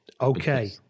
Okay